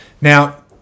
Now